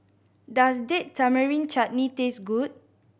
does Date Tamarind Chutney taste good